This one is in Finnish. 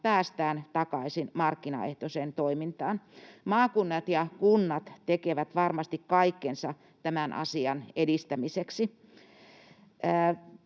päästään takaisin markkinaehtoiseen toimintaan. Maakunnat ja kunnat tekevät varmasti kaikkensa tämän asian edistämiseksi.